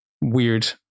weird